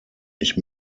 ich